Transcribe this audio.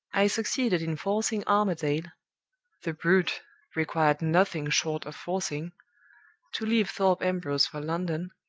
i succeeded in forcing armadale the brute required nothing short of forcing to leave thorpe ambrose for london,